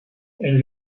and